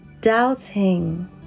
doubting